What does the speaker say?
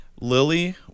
Lily